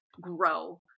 grow